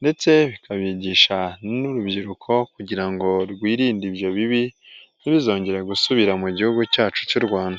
ndetse bikabigisha n'urubyiruko kugira ngo rwirinde ibyoyo bibi ntibizongere gusubira mu gihugu cyacu cy'u Rwanda.